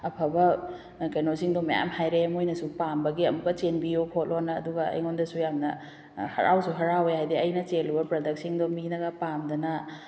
ꯑꯐꯕ ꯀꯩꯅꯣꯁꯤꯡꯗꯣ ꯃꯌꯥꯝ ꯍꯥꯏꯔꯛꯑꯦ ꯃꯣꯏꯅꯁꯨ ꯄꯥꯝꯕꯒꯤ ꯑꯃꯨꯛꯀ ꯆꯦꯟꯕꯤꯌꯣ ꯈꯣꯠꯂꯣꯅ ꯑꯗꯨꯒ ꯑꯩꯉꯣꯟꯗꯁꯨ ꯌꯥꯝꯅ ꯍꯔꯥꯎꯁꯨ ꯍꯔꯥꯎꯑꯦ ꯍꯥꯏꯕꯗꯤ ꯑꯩꯅ ꯆꯦꯜꯂꯨꯕ ꯄ꯭ꯔꯗꯛꯁꯤꯡꯗꯣ ꯃꯤꯅꯒ ꯄꯥꯝꯗꯅ